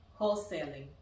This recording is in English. wholesaling